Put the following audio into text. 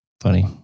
funny